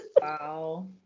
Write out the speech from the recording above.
Wow